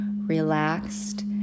relaxed